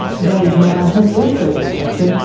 zoe's mother has also been tested,